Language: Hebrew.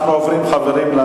חברים, אנחנו עוברים להצבעה.